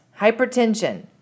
hypertension